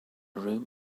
room